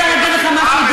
ואני רוצה להגיד לך משהו,